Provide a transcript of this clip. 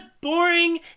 boring